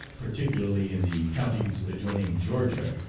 particularly in the counties adjoining georgia,